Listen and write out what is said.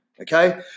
okay